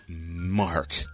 mark